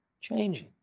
changing